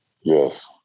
Yes